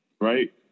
Right